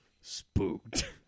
Spooked